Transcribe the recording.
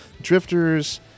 drifters